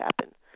happen